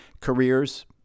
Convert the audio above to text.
Careers